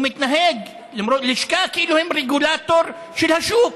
היא מתנהגת, הלשכה, כאילו היא רגולטור של השוק.